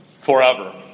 Forever